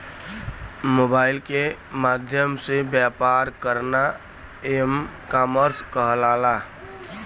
mobile के माध्यम से व्यापार करना एम कॉमर्स कहलाला